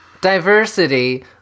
Diversity